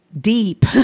deep